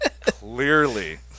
Clearly